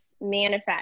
manifest